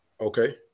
Okay